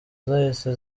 zahise